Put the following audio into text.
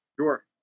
Sure